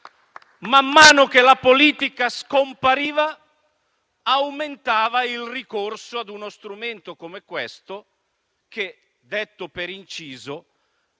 Man mano che la politica scompariva, aumentava il ricorso ad uno strumento come questo. Detto per inciso,